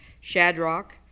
Shadrach